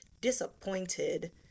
disappointed